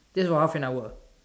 this is for half an hour